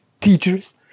teachers